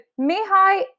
Mihai